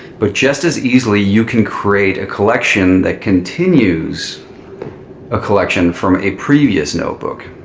but just as easily, you can create a collection that continues a collection from a previous notebook.